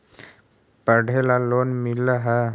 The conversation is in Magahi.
पढ़े ला लोन मिल है?